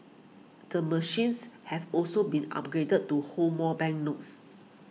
the machines have also been upgraded to hold more banknotes